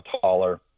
taller